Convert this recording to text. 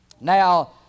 Now